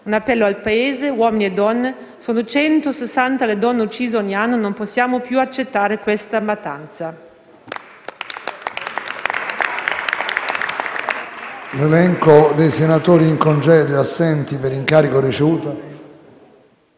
un appello al Paese, uomini e donne: sono 160 le donne uccise ogni anno; non possiamo più accettare questa mattanza.